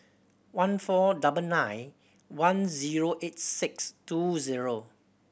one four double nine one zero eight six two zero